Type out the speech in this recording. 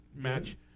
match